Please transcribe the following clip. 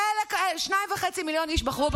האמת שאין שניים וחצי מיליון, גם זה שקר.